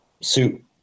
suit